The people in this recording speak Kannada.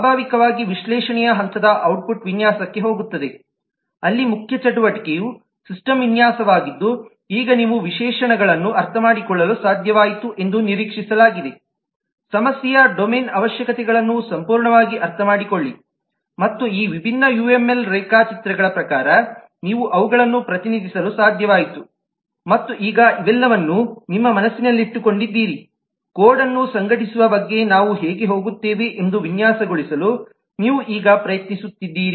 ಸ್ವಾಭಾವಿಕವಾಗಿ ವಿಶ್ಲೇಷಣೆಯ ಹಂತದ ಔಟ್ಪುಟ್ ವಿನ್ಯಾಸಕ್ಕೆ ಹೋಗುತ್ತದೆ ಅಲ್ಲಿ ಮುಖ್ಯ ಚಟುವಟಿಕೆಯು ಸಿಸ್ಟಮ್ ವಿನ್ಯಾಸವಾಗಿದ್ದು ಈಗ ನೀವು ವಿಶೇಷಣಗಳನ್ನು ಅರ್ಥಮಾಡಿಕೊಳ್ಳಲು ಸಾಧ್ಯವಾಯಿತು ಎಂದು ನಿರೀಕ್ಷಿಸಲಾಗಿದೆಸಮಸ್ಯೆಯ ಡೊಮೇನ್ ಅವಶ್ಯಕತೆಗಳನ್ನು ಸಂಪೂರ್ಣವಾಗಿ ಅರ್ಥಮಾಡಿಕೊಳ್ಳಿ ಮತ್ತು ಈ ವಿಭಿನ್ನ ಯುಎಂಎಲ್ ರೇಖಾಚಿತ್ರಗಳ ಪ್ರಕಾರ ನೀವು ಅವುಗಳನ್ನು ಪ್ರತಿನಿಧಿಸಲು ಸಾಧ್ಯವಾಯಿತು ಮತ್ತು ಈಗ ಇವೆಲ್ಲವನ್ನೂ ನಿಮ್ಮ ಮನಸ್ಸಿನಲ್ಲಿಟ್ಟುಕೊಂಡಿದ್ದೀರಿ ಕೋಡ್ ಅನ್ನು ಸಂಘಟಿಸುವ ಬಗ್ಗೆ ನಾವು ಹೇಗೆ ಹೋಗುತ್ತೇವೆ ಎಂದು ವಿನ್ಯಾಸಗೊಳಿಸಲು ನೀವು ಈಗ ಪ್ರಯತ್ನಿಸುತ್ತಿದ್ದೀರಿ